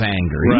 anger